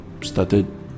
started